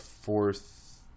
fourth